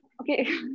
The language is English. Okay